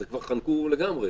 כבר חנקו לגמרי.